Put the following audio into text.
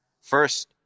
first